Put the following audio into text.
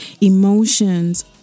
Emotions